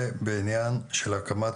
בעניין של ההקמה,